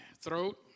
throat